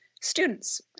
students